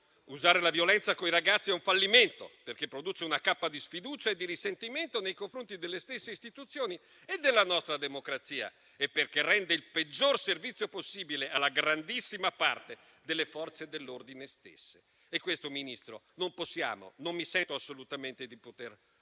Usare la violenza coi ragazzi è un fallimento, perché produce una cappa di sfiducia e di risentimento nei confronti delle stesse istituzioni e della nostra democrazia e perché rende il peggior servizio possibile alla grandissima parte delle Forze dell'ordine stesse. Questo, signor Ministro, non mi sento assolutamente di